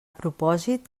propòsit